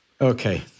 Okay